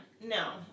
No